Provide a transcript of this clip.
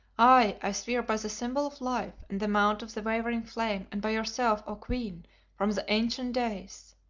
i swear by the symbol of life and the mount of the wavering flame, and by yourself, o queen from the ancient days.